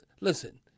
listen